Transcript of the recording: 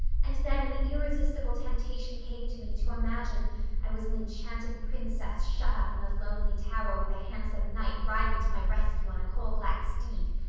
and then an irresistible temptation came to me to imagine i was an enchanted princess shut up in a lonely tower with a handsome knight riding to my rescue on a coal-black steed.